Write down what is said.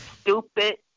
stupid